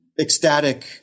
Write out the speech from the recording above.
ecstatic